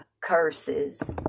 curses